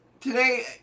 today